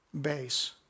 base